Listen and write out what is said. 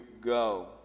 go